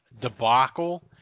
Debacle